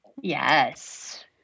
Yes